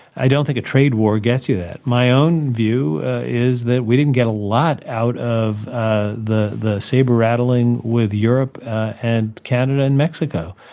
i don't think a trade war gets you that. my own view is that we didn't get a lot out of ah the the saber rattling with europe and canada and mexico.